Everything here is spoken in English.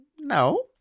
No